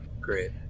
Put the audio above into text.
Great